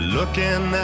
Looking